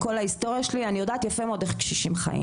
וההיסטוריה שלי אני יודעת טוב מאוד איך קשישים חיים.